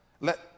let